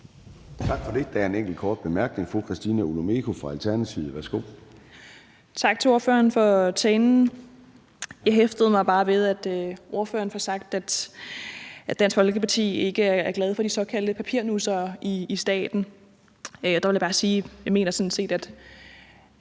Tak for det. Der er en enkelt kort bemærkning. Fru Christina Olumeko fra Alternativet. Værsgo. Kl. 11:14 Christina Olumeko (ALT): Tak til ordføreren for talen. Jeg hæftede mig bare ved, at ordføreren får sagt, at Dansk Folkeparti ikke er glade for de såkaldte papirnussere i staten. Der vil jeg bare sige, at jeg sådan set